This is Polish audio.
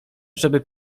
żeby